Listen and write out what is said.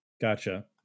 Gotcha